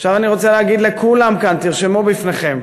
עכשיו אני רוצה להגיד לכולם כאן, תרשמו לפניכם,